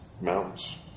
Mountains